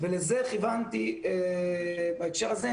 לזה כיוונתי בהקשר הזה,